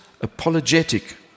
apologetic